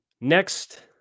Next